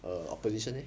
err opposition leh